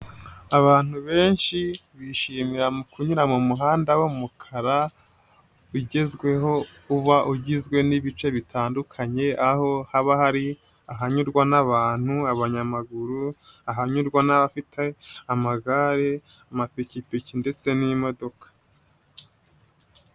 Abantu benshi bishimira kunyura mu muhanda w'umukara ugezweho uba ugizwe n'ibice bitandukanye, aho haba hari ahanyurwa n'abantu, abanyamaguru, ahanyurwa n'abafite amagare, amapikipiki ndetse n'imodoka.